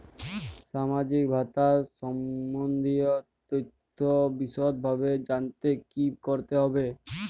সামাজিক ভাতা সম্বন্ধীয় তথ্য বিষদভাবে জানতে কী করতে হবে?